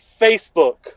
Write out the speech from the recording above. Facebook